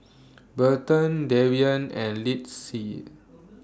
Burton Darrien and Lyndsey